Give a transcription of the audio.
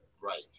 right